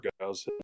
guys